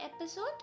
episode